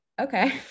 okay